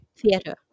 theatre